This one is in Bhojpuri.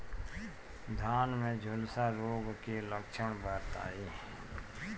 धान में झुलसा रोग क लक्षण बताई?